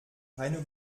keine